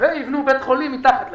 ויבנו בית חולים מתחת לגשר.